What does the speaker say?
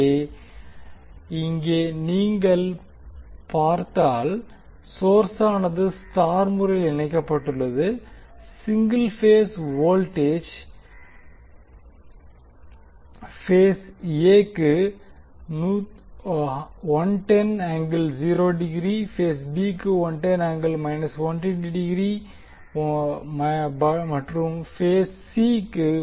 எனவே இங்கே நீங்கள் பார்த்தால் சோர்ஸானது ஸ்டார் முறையில் இணைக்கப்பட்டுள்ளது single phase voltage phase A க்கு பேஸ் B க்கு மற்றும் பேஸ் C க்கு